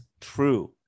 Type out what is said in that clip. true